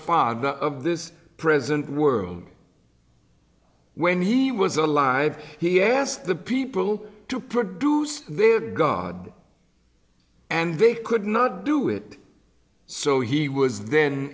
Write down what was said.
father of this present world when he was alive he asked the people to produce their god and they could not do it so he was then